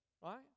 right